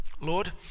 Lord